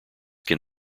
can